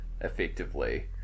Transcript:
effectively